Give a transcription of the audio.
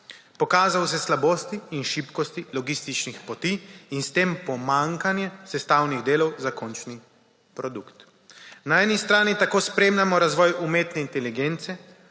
pokazal z slabosti in šibkosti logističnih poti in s tem pomanjkanje sestavnih delov za končni produkt. Na eni strani tako spremljamo razvoj umetne inteligence,